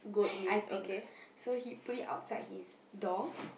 I think so he put it outside his door